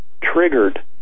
triggered